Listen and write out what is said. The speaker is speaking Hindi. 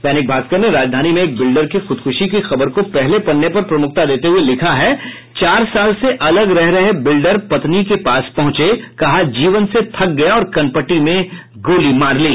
दैनिक भास्कर ने राजधानी में एक बिल्डर के खुदकुशी की खबर को पहले पन्ने पर प्रमुखता देते हुये लिखा है चार साल से अलग रह रहे बिल्डर पत्नी के पास पहुंचे कहा जीवन से थक गया और कनपटी में गोली मार ली